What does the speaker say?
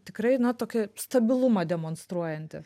tikrai na tokia stabilumą demonstruojanti